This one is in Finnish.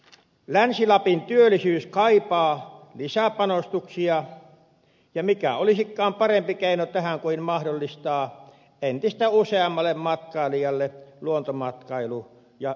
länsi lapin työllisyys kaipaa lisäpanostuksia ja mikä olisikaan parempi keino tähän kuin mahdollistaa entistä useammalle matkailijalle luontomatkailu ja yöpymismahdollisuus